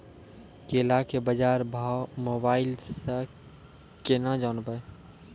केला के बाजार भाव मोबाइल से के ना जान ब?